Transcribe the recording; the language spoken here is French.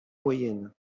moyenne